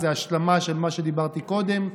זה השלמה של מה שדיברתי עליו קודם.